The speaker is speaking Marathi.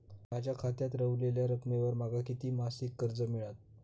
माझ्या खात्यात रव्हलेल्या रकमेवर माका किती मासिक कर्ज मिळात?